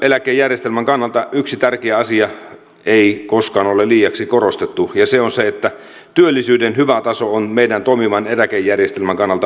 työeläkejärjestelmän kannalta yhtä tärkeää asiaa ei koskaan ole liiaksi korostettu ja se on se että työllisyyden hyvä taso on meidän toimivan eläkejärjestelmän kannalta välttämättömyys